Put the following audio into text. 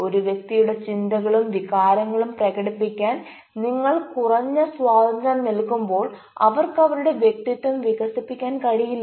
ഒരു വ്യക്തിയുടെ ചിന്തകളും വികാരങ്ങളും പ്രകടിപ്പിക്കാൻ നിങ്ങൾ കുറഞ്ഞ സ്വാതന്ത്ര്യം നൽകുമ്പോൾ അവർക്ക് അവരുടെ വ്യക്തിത്വം വികസിപ്പിക്കാൻ കഴിയില്ല